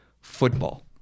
football